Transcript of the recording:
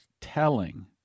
telling